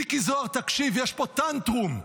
מיקי זוהר, תקשיב, יש פה טנטרום.